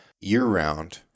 year-round